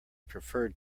preferred